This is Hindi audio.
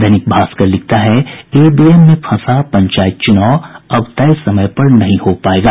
दैनिक भास्कर लिखता है ईवीएम में फंसा पंचायत चुनाव अब तय समय पर नहीं हो पायेगा